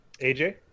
AJ